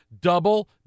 double